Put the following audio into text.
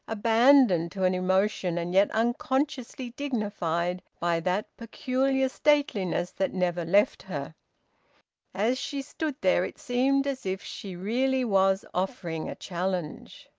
abandoned to an emotion and yet unconsciously dignified by that peculiar stateliness that never left her as she stood there it seemed as if she really was offering a challenge.